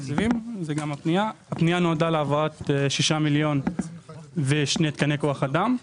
הפנייה נועדה להעברת 6 מיליון ש"ח ושני תקני כוח אדם.